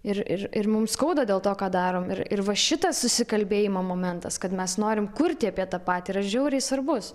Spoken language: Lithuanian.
ir ir ir mums skauda dėl to ką darom ir ir va šitas susikalbėjimo momentas kad mes norim kurti apie tą patį yra žiauriai svarbus